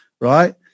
right